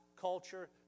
culture